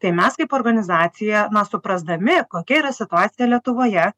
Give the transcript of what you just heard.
tai mes kaip organizacija na suprasdami kokia yra situacija lietuvoje